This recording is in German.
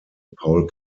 paul